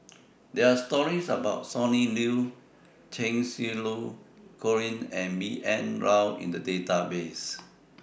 There Are stories about Sonny Liew Cheng Xinru Colin and B N Rao in The Database